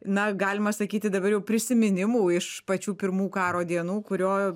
na galima sakyti dabar jau prisiminimų iš pačių pirmų karo dienų kurio